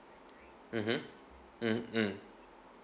mmhmm mm mm